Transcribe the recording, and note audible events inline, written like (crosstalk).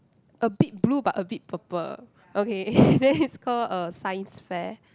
a bit blue but a bit purple okay (laughs) then it's call uh Science fair